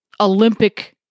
Olympic